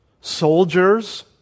soldiers